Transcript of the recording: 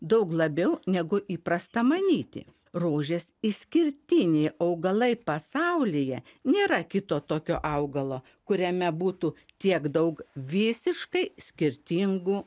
daug labiau negu įprasta manyti rožės išskirtiniai augalai pasaulyje nėra kito tokio augalo kuriame būtų tiek daug visiškai skirtingų